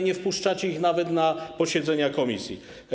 Nie wpuszczacie ich nawet na posiedzenia komisji.